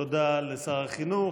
תודה לשר החינוך.